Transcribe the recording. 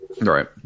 Right